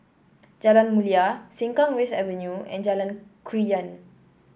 Jalan Mulia Sengkang West Avenue and Jalan Krian